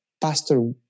Pastor